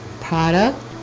product